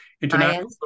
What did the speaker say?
International